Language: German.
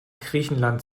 griechenland